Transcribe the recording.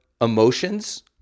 emotions